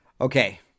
Okay